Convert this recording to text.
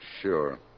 sure